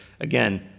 Again